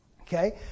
okay